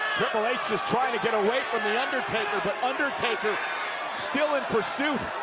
triple h is trying to get away from the undertaker, but undertaker still in pursuit.